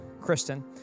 Kristen